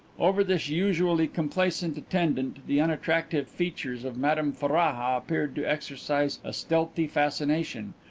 over this usually complacent attendant the unattractive features of madame ferraja appeared to exercise a stealthy fascination,